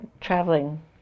traveling